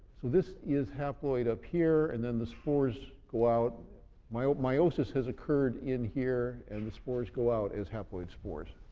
so this is haploid up here and then the spores go out meiosis has occurred in here and the spores go out as haploid spores.